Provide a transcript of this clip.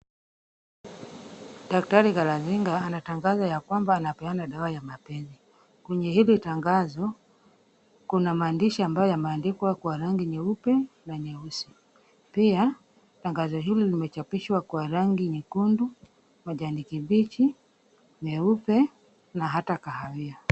Daktari Galazinga anatangaza ya kwamba anapeana dawa ya mapenzi. Kwenye hili tangazo, kuna maandishi ambayo yameandikwa kwa rangi nyeupe na nyeusi. Pia tangazo hili limechapishwa kwa rangi nyekundu, majani kibichi, nyeupe na hata kahawia.